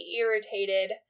irritated